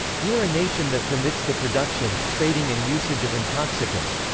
you are a nation that permits the production, trading and usage of intoxicants